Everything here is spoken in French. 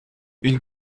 une